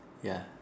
ya